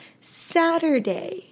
Saturday